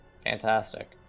Fantastic